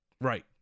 Right